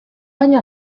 baino